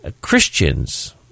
Christians